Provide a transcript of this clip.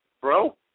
Bro